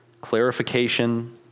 clarification